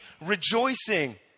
rejoicing